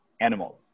animals